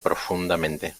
profundamente